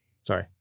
Sorry